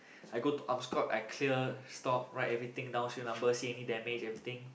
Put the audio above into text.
I go to armskote I clear stock write everything down serial number see any damage everything